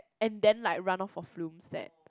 and then like run off for Flume's set